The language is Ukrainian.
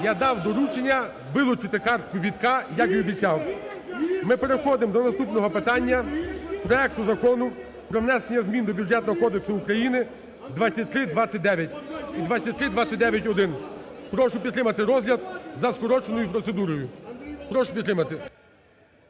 я дав доручення вилучити картку Вітка, як і обіцяв. Ми переходимо до наступного питання проекту Закону про внесення змін до Бюджетного кодексу України (2329 і 2329-1). Прошу підтримати розгляд за скороченою процедурою, прошу підтримати,